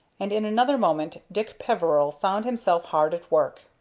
and in another moment dick peveril found himself hard at work.